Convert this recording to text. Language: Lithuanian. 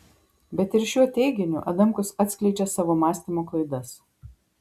bet ir šiuo teiginiu adamkus atskleidžia savo mąstymo klaidas